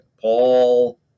Paul